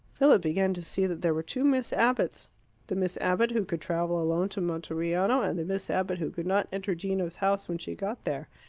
philip began to see that there were two miss abbotts the miss abbott who could travel alone to monteriano, and the miss abbott who could not enter gino's house when she got there.